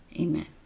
Amen